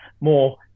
more